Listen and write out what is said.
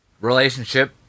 relationship